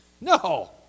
No